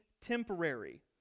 temporary